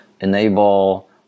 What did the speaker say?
enable